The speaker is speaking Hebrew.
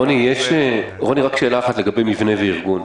רוני, רק שאלה אחת לגבי מבנה וארגון: